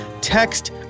text